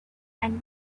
and